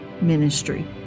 ministry